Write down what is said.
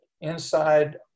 inside